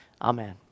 Amen